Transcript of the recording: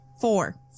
four